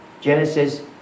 Genesis